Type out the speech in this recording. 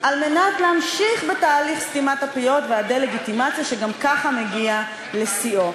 על מנת להמשיך בתהליך סתימת הפיות והדה-לגיטימציה שגם כך מגיע לשיאו.